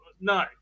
no